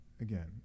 again